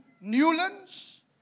Newlands